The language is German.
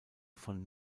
von